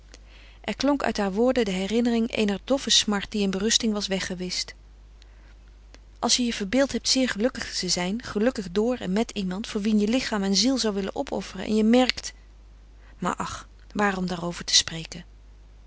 er klonk uit haar woorden de herinnering eener doffe smart die in berusting was weggewischt als je je verbeeld hebt zeer gelukkig te zijn gelukkig door en met iemand voor wien je lichaam en ziel zou willen opofferen en je merkt maar ach waarom daarover te spreken